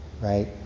Right